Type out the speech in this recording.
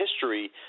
history